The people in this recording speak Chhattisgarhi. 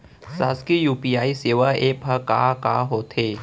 शासकीय यू.पी.आई सेवा एप का का होथे?